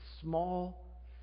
small